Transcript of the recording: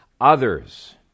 Others